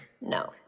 No